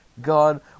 god